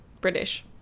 British